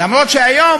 אף שהיום